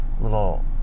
little